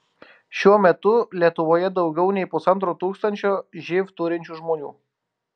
šiuo metu lietuvoje daugiau nei pusantro tūkstančio živ turinčių žmonių